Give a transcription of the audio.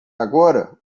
agora